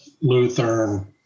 Lutheran